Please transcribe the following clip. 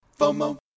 FOMO